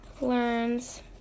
learns